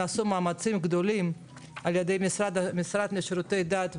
נעשו מאמצים גדולים על ידי המשרד לשירותי דת,